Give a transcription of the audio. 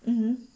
mmhmm